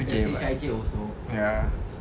!chey! ya